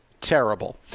Terrible